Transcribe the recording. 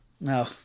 No